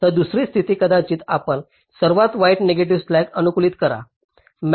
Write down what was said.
तर दुसरी स्थिती कदाचित आपण सर्वात वाईट नेगेटिव्ह स्लॅक अनुकूलित करा